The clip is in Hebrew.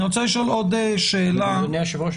אני רוצה לשאול עוד שאלה -- רק במילה אחת